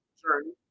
journey